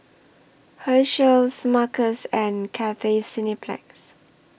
Herschel Smuckers and Cathay Cineplex